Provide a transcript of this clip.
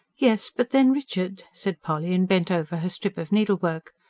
yes, but then, richard, said polly, and bent over her strip of needlework,